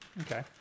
Okay